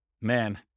man